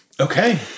Okay